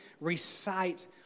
recite